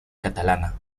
catalana